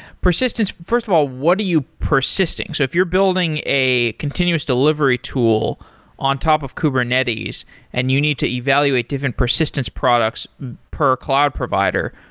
persistence, first of all, what are you persisting? so if you're building a continuous delivery tool on top of kubernetes and you need to evaluate different persistence products per cloud provider,